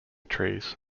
trees